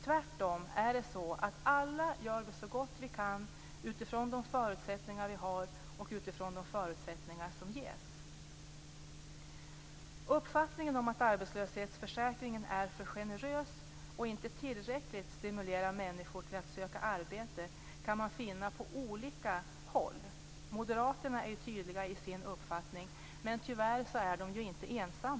Tvärtom är det så att vi alla gör så gott vi kan utifrån de förutsättningar som vi har och utifrån de förutsättningar som ges. Uppfattningen om att arbetslöshetsförsäkringen är för generös och inte tillräckligt stimulerar människor till att söka arbete kan man finna på olika håll. Moderaterna är tydliga i sin uppfattning, men tyvärr är de inte ensamma.